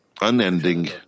unending